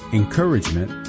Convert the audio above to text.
encouragement